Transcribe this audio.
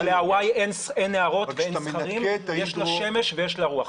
להוואי אין נהרות אבל יש לה שמש ויש לה רוח.